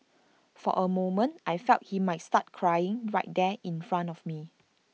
for A moment I feel he might start crying right there in front of me